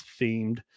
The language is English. themed